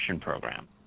program